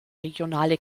regionale